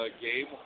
game